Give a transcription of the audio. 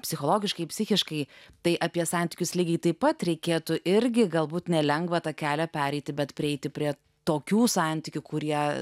psichologiškai psichiškai tai apie santykius lygiai taip pat reikėtų irgi galbūt nelengva tą kelią pereiti bet prieiti prie tokių santykių kurie